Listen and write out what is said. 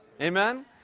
Amen